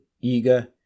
eager